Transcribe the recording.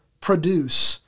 produce